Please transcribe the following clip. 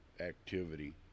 activity